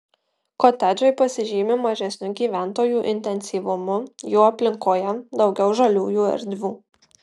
kotedžai pasižymi mažesniu gyventojų intensyvumu jų aplinkoje daugiau žaliųjų erdvių